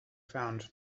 found